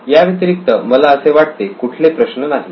याव्यतिरिक्त मला असे वाटते कुठले प्रश्न नाहीत